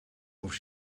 auf